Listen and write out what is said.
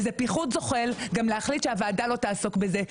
וזה פיחות זוחל גם להחליט שהוועדה לא תעסוק בזה.